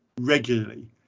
regularly